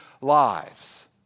lives